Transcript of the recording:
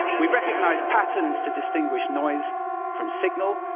we recognize patterns to distinguish noise from signal,